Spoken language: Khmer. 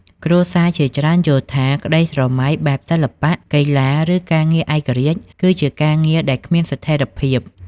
គ្រួសារជាច្រើនយល់ថា ក្តីស្រមៃបែបសិល្បៈ កីឡា ឬការងារឯករាជ្យ គឺជាការងារដែលគ្មានស្ថិរភាព។